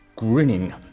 Grinning